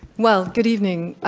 well, good evening,